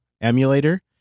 emulator